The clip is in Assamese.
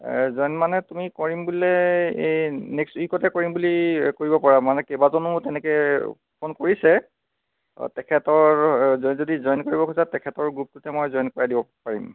জইন মানে তুমি কৰিম বুলিলে এই নেক্সট উইকতে কৰিম বুলি কৰিব পৰা মানে কেইবাজনেও তেনেকৈ ফোন কৰিছে অ' তেখেতৰ যদি জইন কৰিব খোজে তেখেতৰ গ্ৰুপটোতে মই জইন কৰাই দিব পাৰিম